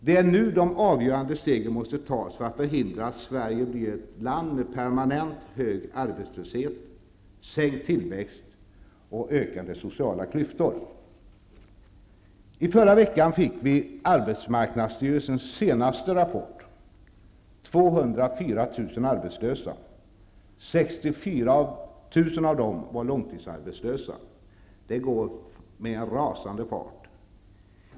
Det är nu de avgörande stegen måste tas för att förhindra att Sverige blir ett land med permanent hög arbetslöshet, minskad tillväxt och ökande sociala klyftor. I förra veckan fick vi arbetsmarknadsstyrelsens senaste rapport -- 204 000 arbetslösa. 64 000 av dem var långtidsarbetslösa. Det går med en rasande fart.